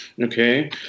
Okay